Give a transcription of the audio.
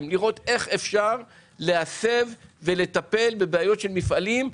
ואיך אפשר להסב ולטפל בבעיות של מפעלים,